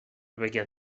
بگن